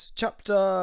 chapter